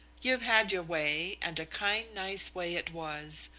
you've had your way, and a kind, nice way it was.